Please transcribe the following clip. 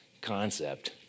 concept